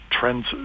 trends